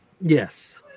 Yes